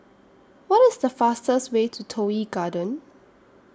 What IS The fastest Way to Toh Yi Garden